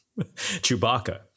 Chewbacca